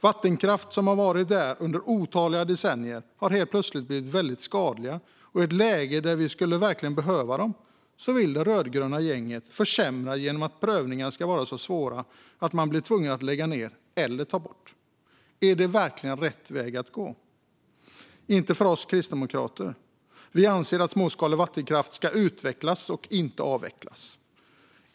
Vattenkraft som har funnits under otaliga decennier har helt plötsligt blivit skadlig, och i ett läge när vi verkligen skulle behöva den vill det rödgröna gänget försämra genom att prövningarna ska vara så svåra att man blir tvungen att lägga ned eller ta bort. Är det verkligen rätt väg att gå? Inte för oss kristdemokrater. Den nationella planen för omprövning av vattenkraft Vi anser att småskalig vattenkraft ska utvecklas och inte avvecklas.